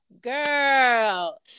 Girl